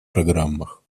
программах